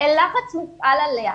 לחץ מופעל עליה,